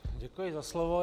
Děkuji za slovo.